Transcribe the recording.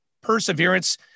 perseverance